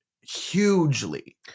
hugely